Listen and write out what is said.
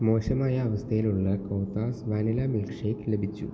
മോശമായ അവസ്ഥയിലുള്ള Kothas vanilla milk shake ലഭിച്ചു